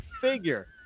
figure